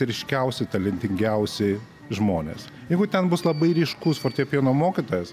ryškiausi talentingiausi žmonės jeigu ten bus labai ryškus fortepijono mokytojas